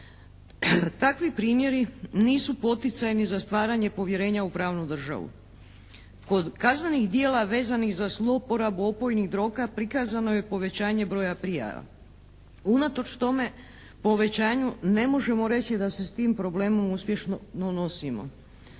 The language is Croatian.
Takvi primjeri nisu poticajni za stvaranje povjerenja u pravnu državu. Kod kaznenih djela vezanih za zlouporabu opojnih droga prikazano je povećanje broja prijava. Unatoč tome, povećanju ne možemo reći da se s tim problemom uspješno nosimo.